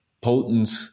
potent